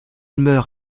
meurt